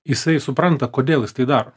jisai supranta kodėl jis tai daro